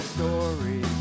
story